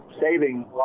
saving